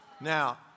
Now